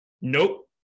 Nope